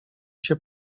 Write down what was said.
się